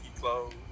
clothes